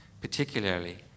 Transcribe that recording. particularly